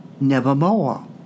nevermore